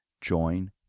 Join